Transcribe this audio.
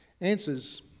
Answers